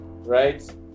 right